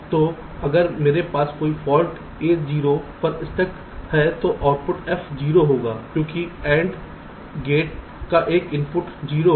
तो अगर मेरे पास कोई फॉल्ट A 0 पर स्टक है तो आउटपुट F 0 होगा क्योंकि AND गेट का एक इनपुट 0 है